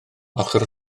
ochr